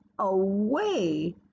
away